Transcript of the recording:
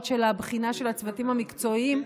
של הבחינה של הצוותים המקצועיים,